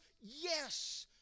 Yes